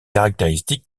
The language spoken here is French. caractéristiques